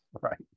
right